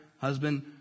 husband